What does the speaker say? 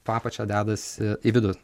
po apačia dedasi į vidų